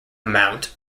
amount